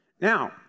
Now